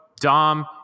Dom